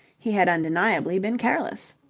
he had undeniably been careless.